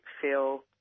feel